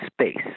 space